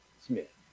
Smith